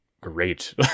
great